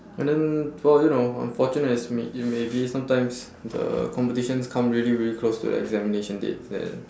and then for you know unfortunate as may you may be sometimes the competitions come really really close to the examination dates then